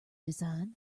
design